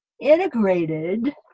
integrated